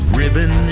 ribbon